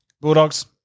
Bulldogs